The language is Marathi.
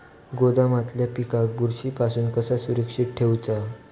गोदामातल्या पिकाक बुरशी पासून कसा सुरक्षित ठेऊचा?